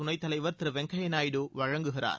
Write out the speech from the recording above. துணைத் தலைவர் திரு வெங்கய்யா நாயுடு வழங்குகிறார்